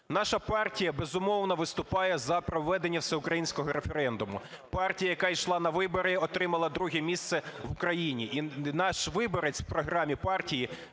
Наша партія, безумовно, виступає за проведення всеукраїнського референдуму. Партія, яка йшла на вибори, отримала друге місце в країні